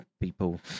people